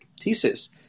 thesis